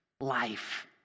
life